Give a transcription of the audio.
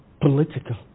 political